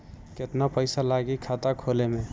केतना पइसा लागी खाता खोले में?